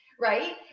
right